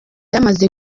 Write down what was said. yamaze